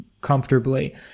comfortably